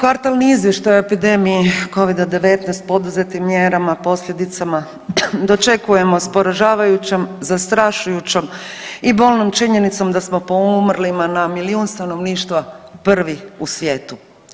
Ovaj kvartalni izvještaj o epidemiji Covida-19, poduzetim mjerama, posljedicama dočekujemo s poražavajućom, zastrašujućom i bolnom činjenicom da smo po umrlima na milijun stanovništva prvi u svijetu.